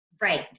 right